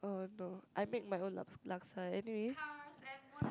oh no I make my own laksa anyway